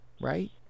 right